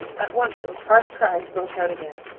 at once those harsh cries broke out again.